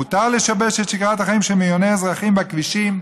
מותר לשבש את שגרת החיים של מיליוני אזרחים בכבישים,